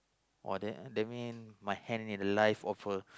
!wah! then that mean my hand and live offer